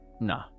Nah